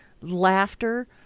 laughter